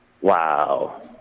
Wow